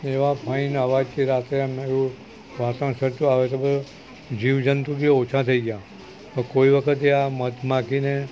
એવા ફાઇન અવાજ કે રાત્રે અમે લોકો વાતાવરણ ખરતું હવે તો બધું જીવજંતુ બી ઓછા થઈ ગયાં હવે કોઈ વખતે આ મધ માખીને